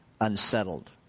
unsettled